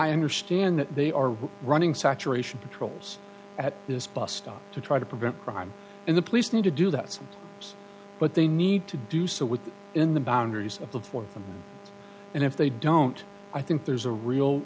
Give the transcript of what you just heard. i understand that they are running saturation patrols at this bus stop to try to prevent crime and the police need to do that so but they need to do so with that in the boundaries of the for them and if they don't i think there's a real